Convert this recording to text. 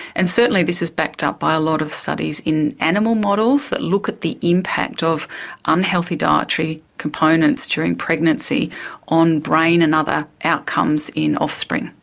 and certainly this is backed up by a lot of studies in animal models that look at the impact of unhealthy dietary components during pregnancy on brain and other outcomes in offspring.